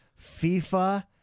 FIFA